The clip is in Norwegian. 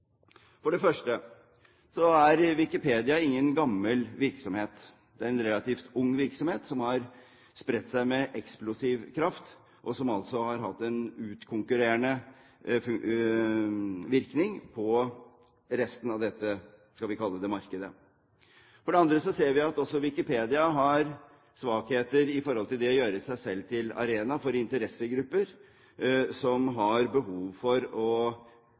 For det første er Wikipedia ingen gammel virksomhet. Det er en relativt ung virksomhet, som har spredt seg med eksplosiv kraft, og som altså har hatt en utkonkurrerende virkning på resten av dette markedet. For det andre ser vi at også Wikipedia har svakheter med hensyn til det å gjøre seg selv til arena for interessegrupper som har behov for